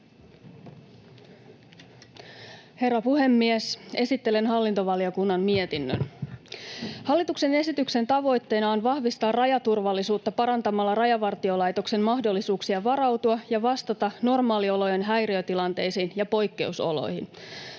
Herra puhemies! Esittelen hallintovaliokunnan mietinnön. Hallituksen esityksen tavoitteena on vahvistaa rajaturvallisuutta parantamalla Rajavartiolaitoksen mahdollisuuksia varautua ja vastata normaaliolojen häiriötilanteisiin ja poikkeusoloihin.